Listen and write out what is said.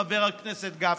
חבר הכנסת גפני,